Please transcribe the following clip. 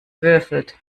würfelt